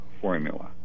formula